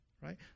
Right